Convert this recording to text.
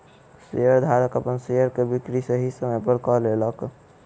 शेयरधारक अपन शेयर के बिक्री सही समय पर कय लेलक